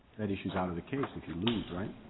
that issue is out of the case if you lose, right?